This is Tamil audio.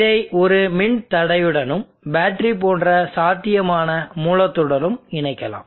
இதை ஒரு மின்தடையுடனும் மற்றும் பேட்டரி போன்ற சாத்தியமான மூலத்துடனும் இணைக்கலாம்